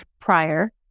prior